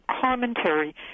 commentary